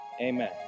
amen